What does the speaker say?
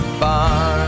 bar